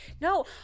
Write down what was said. No